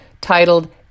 titled